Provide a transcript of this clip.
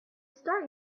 start